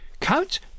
Count